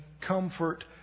comfort